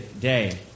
Day